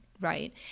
right